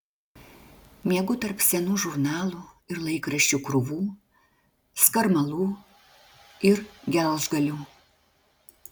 miegu tarp senų žurnalų ir laikraščių krūvų skarmalų ir gelžgalių